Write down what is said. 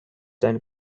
than